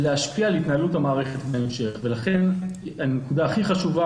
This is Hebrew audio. ולכן הנקודה הכי חשובה